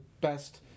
best